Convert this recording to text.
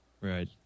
right